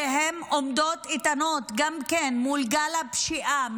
הן עומדות איתנות גם מול גל הפשיעה,